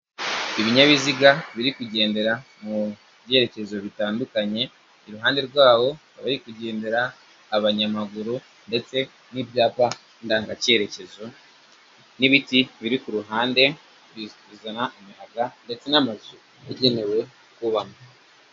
Ibinyabiziga biri kugendera mu byerekezo bitandukanye, iruhande rwaho hakaba hari kugendera abanyamaguru ndetse n'ibyapa ndangacyeyerekezo, n'ibiti biri ku ruhande bizana imiyaga, ndetse n'amazu yagenewe kubamo.